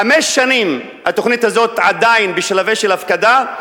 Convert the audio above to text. חמש שנים, התוכנית הזאת עדיין בשלבים של הפקדה.